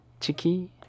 Chiki